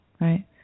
right